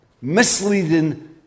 misleading